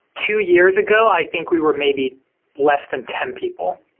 two years ago, i think we were maybe less than ten people.